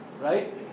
Right